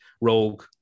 rogue